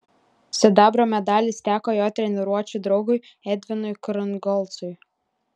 sidabro medalis teko jo treniruočių draugui edvinui krungolcui